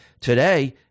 Today